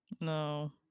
no